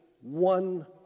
one